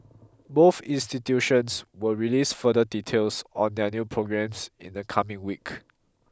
both institutions will release further details on their new programmes in the coming week